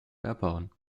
erbauen